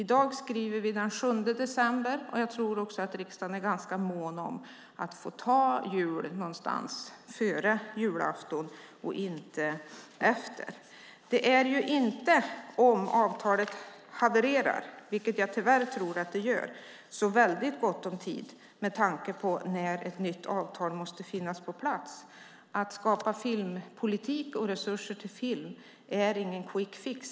I dag skriver vi den 7 december, och jag tror att riksdagen är ganska mån om att få gå på julledighet någon gång före julafton och inte efter. Om avtalet havererar, vilket jag tyvärr tror att det gör, är det inte så väldigt gott om tid, med tanke på när ett nytt avtal måste finnas på plats. Att skapa filmpolitik och resurser till film är ingen quick fix.